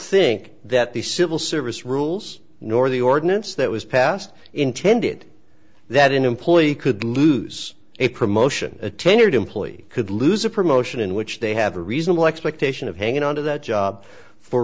think that the civil service rules nor the ordinance that was passed intended that an employee could lose a promotion a tenured employee could lose a promotion in which they have a reasonable expectation of hanging on to that job for